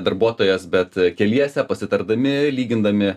darbuotojas bet keliese pasitardami lygindami